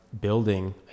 building